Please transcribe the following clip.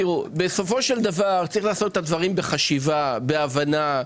בסופו של דבר צריך לעשות את הדברים בחשיבה, בהבנה.